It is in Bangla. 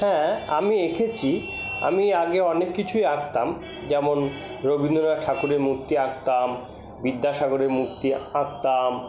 হ্যাঁ আমি এঁকেছি আমি আগে অনেক কিছুই আঁকতাম যেমন রবীন্দ্রনাথ ঠাকুরের মূর্তি আঁকতাম বিদ্যাসাগরের মূর্তি আঁকতাম